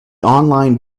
online